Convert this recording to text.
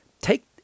take